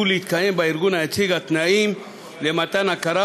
להתקיים בארגון היציג התנאים למתן הכרה,